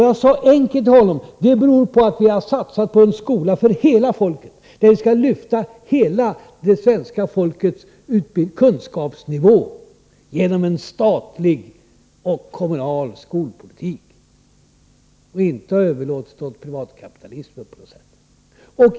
Jag svarade honom: Det beror på att vi har satsat på en skola för hela folket, där vi skall lyfta hela det svenska folkets kunskapsnivå genom en statlig och kommunal skolpolitik. Vi har inte överlåtit det hela åt privatkapitalismen.